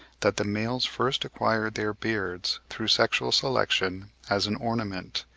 that the males first acquired their beards through sexual selection as an ornament,